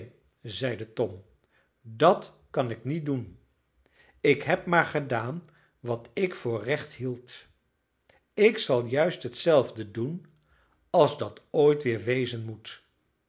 tom dat kan ik niet doen ik heb maar gedaan wat ik voor recht hield ik zal juist hetzelfde doen als dat ooit weer wezen moet